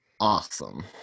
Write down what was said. awesome